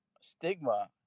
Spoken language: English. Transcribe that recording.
stigma